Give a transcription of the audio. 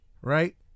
right